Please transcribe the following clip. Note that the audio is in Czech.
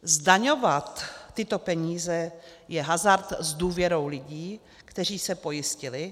Zdaňovat tyto peníze je hazard s důvěrou lidí, kteří se pojistili.